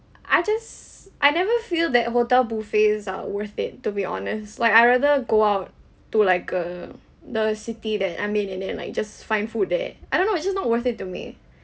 I just I never feel that hotel buffets are worth it to be honest like I rather go out to like err the city that I mean and then like just find food there I don't know it's just not worth it to me